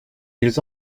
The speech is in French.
ils